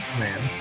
man